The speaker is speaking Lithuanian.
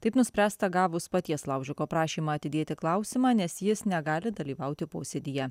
taip nuspręsta gavus paties laužiko prašymą atidėti klausimą nes jis negali dalyvauti posėdyje